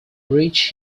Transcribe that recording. rich